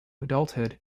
adulthood